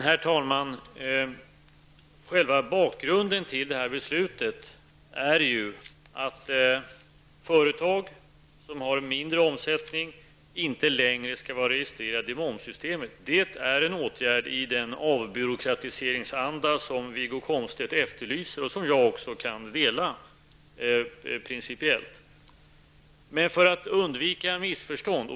Herr talman! Bakgrunden till detta beslut är att ett företag som har en mindre omsättning inte längre skall vara registrerat i momssystemet. Det är en åtgärd i den avbyråkratiseringsanda som Wiggo Komstedt efterlyser och som också jag principiellt kan omfatta.